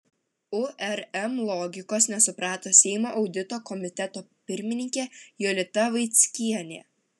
urm logikos nesuprato seimo audito komiteto pirmininkė jolita vaickienė